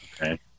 Okay